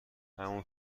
همون